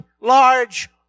large